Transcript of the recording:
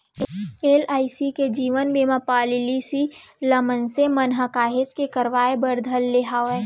LIC के जीवन बीमा पॉलीसी ल मनसे मन ह काहेच के करवाय बर धर ले हवय